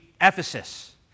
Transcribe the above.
Ephesus